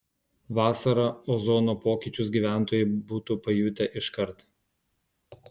vasarą ozono pokyčius gyventojai būtų pajutę iškart